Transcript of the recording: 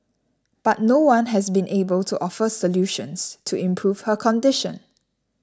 but no one has been able to offer solutions to improve her condition